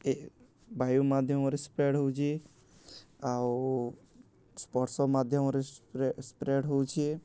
ଏ ବାୟୁ ମାଧ୍ୟମରେ ସ୍ପ୍ରେଡ଼୍ ହେଉଛି ଆଉ ସ୍ପର୍ଶ ମାଧ୍ୟମରେ ସ୍ପ୍ରେଡ଼୍ ହେଉଛିି